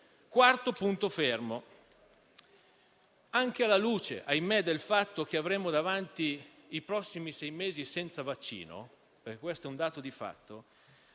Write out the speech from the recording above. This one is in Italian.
quarto punto fermo. Anche alla luce del fatto, purtroppo, che avremo davanti i prossimi sei mesi senza vaccino - questo è un dato di fatto